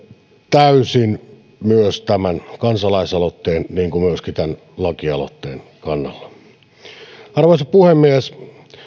täysin myös tämän kansalaisaloitteen niin kuin myöskin tämän lakialoitteen kannalla arvoisa puhemies